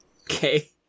Okay